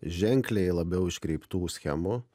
ženkliai labiau iškreiptų schemų